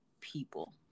people